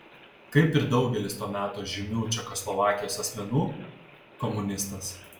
kaip ir daugelis to meto žymių čekoslovakijos asmenų komunistas